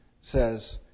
says